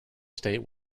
state